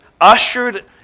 ushered